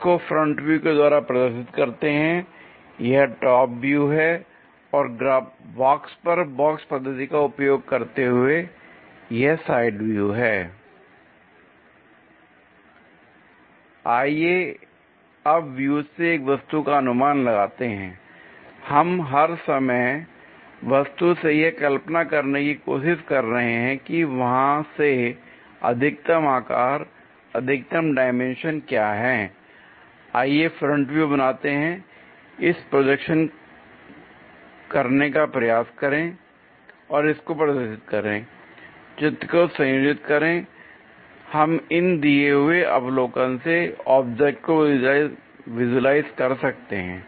इसको front view के द्वारा प्रदर्शित करते हैं l यह टॉप व्यू है और बॉक्स पर बॉक्स पद्धति का उपयोग करते हुए यह साइड व्यू है l आइए अब व्यूज से एक वस्तु का अनुमान लगाते हैं l हम हर समय वस्तु से यह कल्पना करने की कोशिश कर रहे हैं की वहां से अधिकतम आकार अधिकतम डाइमेंशंस क्या है l आइए फ्रंट व्यू बनाते हैं इस प्रोजेक्शन करने का प्रयास करें और इस को प्रदर्शित करें और चित्र को संयोजित करें l अब हम इन दिए हुए अवलोकन से ऑब्जेक्ट को विजुलाइज कर सकते हैं